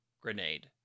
grenade